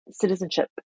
citizenship